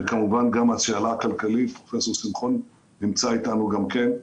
וכמובן גם השאלה הכלכלית פרופ' שמחון נמצא אתנו גם כן,